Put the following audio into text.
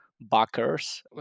backers